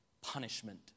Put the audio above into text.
punishment